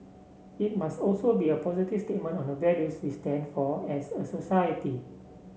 it must also be a positive statement on the values we stand for as a society